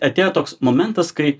atėjo toks momentas kai